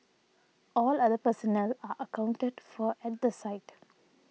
all other personnel are accounted for at the site